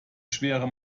schwere